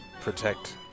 protect